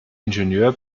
ingenieur